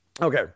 Okay